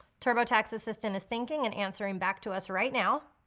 turbotax assistant is thinking and answering back to us right now.